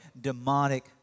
demonic